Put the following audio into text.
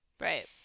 Right